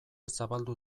zabaldu